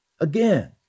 Again